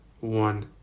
one